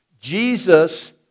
Jesus